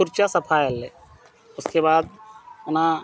ᱯᱷᱟᱨᱪᱟ ᱥᱟᱯᱷᱟᱭᱟᱞᱮ ᱤᱥᱠᱮᱵᱟᱫᱽ ᱚᱱᱟ